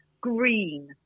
green